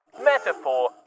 Metaphor